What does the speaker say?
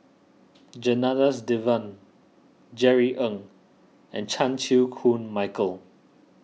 Janadas Devan Jerry Ng and Chan Chew Koon Michael